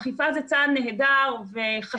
אכיפה זה צעד נהדר וחשוב,